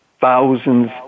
thousands